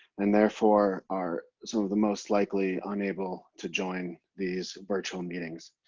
and therefore are some of the most likely unable to join these virtual meetings.